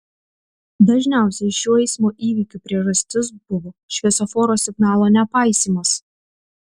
dažniausiai šių eismo įvykių priežastis buvo šviesoforo signalo nepaisymas